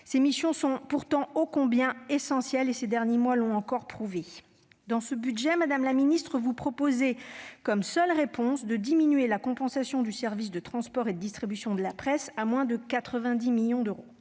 Ces missions sont pourtant essentielles, et la crise de ces derniers mois l'a encore prouvé. Dans ce budget, madame la ministre, vous proposez comme seule réponse de diminuer la compensation du service de transport et de distribution de la presse, à moins de 90 millions d'euros.